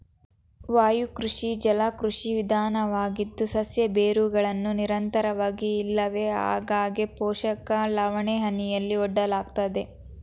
ವಾಯುಕೃಷಿ ಜಲಕೃಷಿ ವಿಧಾನವಾಗಿದ್ದು ಸಸ್ಯ ಬೇರುಗಳನ್ನು ನಿರಂತರವಾಗಿ ಇಲ್ಲವೆ ಆಗಾಗ್ಗೆ ಪೋಷಕ ಲವಣಹನಿಯಲ್ಲಿ ಒಡ್ಡಲಾಗ್ತದೆ